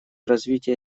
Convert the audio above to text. развитие